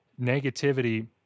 negativity